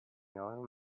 know